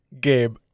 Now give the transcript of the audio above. Gabe